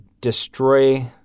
destroy